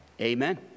amen